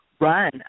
run